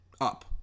up